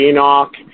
Enoch